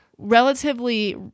relatively